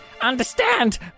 understand